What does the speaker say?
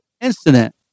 incident